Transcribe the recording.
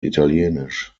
italienisch